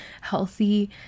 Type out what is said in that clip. healthy